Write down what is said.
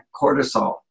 cortisol